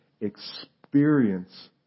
experience